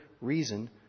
reason